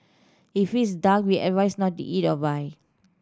if it's dark we advise not to eat or buy